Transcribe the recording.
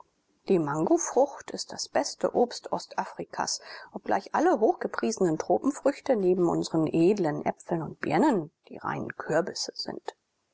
die mangofrucht ist das beste obst ostafrikas obgleich alle hochgepriesenen tropenfrüchte neben unsren edlen äpfeln und birnen die reinen kürbisse sind